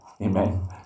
amen